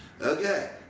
okay